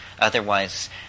Otherwise